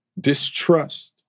distrust